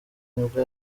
nibwo